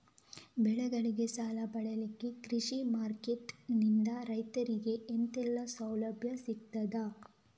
ಬೆಳೆಗಳಿಗೆ ಸಾಲ ಪಡಿಲಿಕ್ಕೆ ಕೃಷಿ ಮಾರ್ಕೆಟ್ ನಿಂದ ರೈತರಿಗೆ ಎಂತೆಲ್ಲ ಸೌಲಭ್ಯ ಸಿಗ್ತದ?